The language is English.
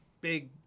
big